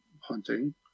hunting